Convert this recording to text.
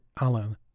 Alan